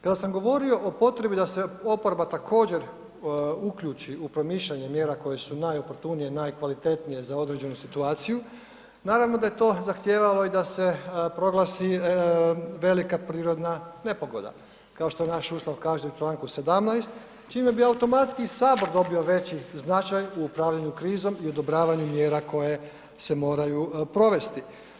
Kad sam govorio o potrebi da se oporba također uključi u promišljanje mjera koje su najoportunije, najkvalitetnije za određenu situaciju naravno da je to zahtijevalo i da se proglasi velika prirodna nepogoda, kao što naš Ustav kaže u čl. 17. čime bi automatski sabor dobio veći značaj u upravljanju krizom i odobravanju mjera koje se moraju provesti.